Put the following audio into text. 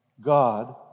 God